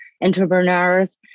entrepreneurs